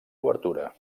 obertura